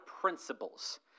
principles